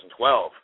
2012